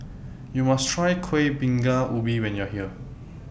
YOU must Try Kueh Bingka Ubi when YOU Are here